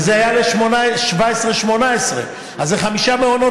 וזה היה ל-2017 2018. אז זה חמישה מעונות